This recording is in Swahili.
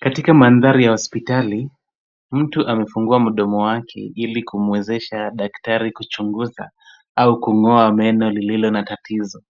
Katika mandhari ya hospitali, mtu amefungua mdomo wake ili kumwezesha daktari kuchunguza au kung'oa meno ilio na tatizo.